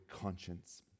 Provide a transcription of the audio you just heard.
conscience